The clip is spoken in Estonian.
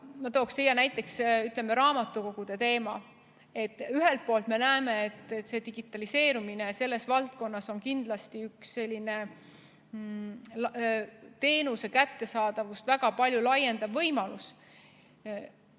Ma tooksin siin näiteks raamatukogude teema. Ühelt poolt me näeme, et digitaliseerumine selles valdkonnas on kindlasti üks selline teenuse kättesaadavust väga palju laiendav võimalus.